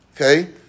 Okay